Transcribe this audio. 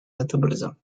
metabolism